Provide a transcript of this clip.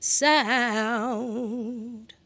sound